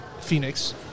Phoenix